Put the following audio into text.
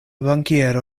bankiero